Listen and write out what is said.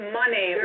money